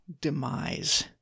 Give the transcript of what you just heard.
demise